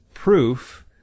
Proof